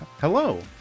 Hello